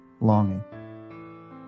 longing